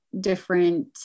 different